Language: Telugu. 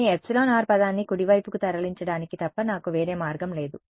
కానీ ఎప్సిలాన్ r పదాన్ని కుడి వైపుకు తరలించడానికి తప్ప నాకు వేరే మార్గం లేదు